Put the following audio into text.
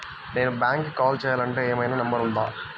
నేను బ్యాంక్కి కాల్ చేయాలంటే ఏమయినా నంబర్ ఉందా?